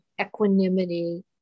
equanimity